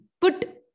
put